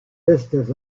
estes